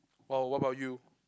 !wow! what about you